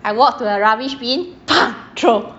I walked to the rubbish bin throw